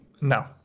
no